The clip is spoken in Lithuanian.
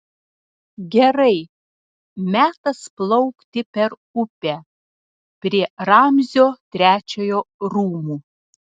gerai metas plaukti per upę prie ramzio trečiojo rūmų